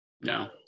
No